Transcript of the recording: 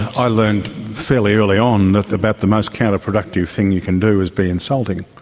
i learned fairly early on that about the most counter-productive thing you can do is be insulting,